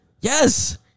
Yes